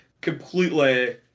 completely